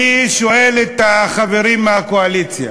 אני שואל את החברים מהקואליציה,